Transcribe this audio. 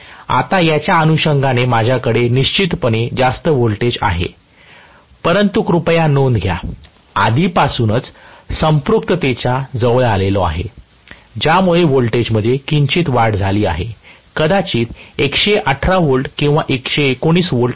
आता याच्या अनुषंगाने माझ्याकडे निश्चितपणे जास्त व्होल्टेज आहे परंतु कृपया नोंद घ्या आधीपासूनच संपृक्ततेच्या जवळ आले आहे ज्यामुळे व्होल्टेजमध्ये किंचित वाढ झाली आहे कदाचित 118 किंवा 119V असू शकते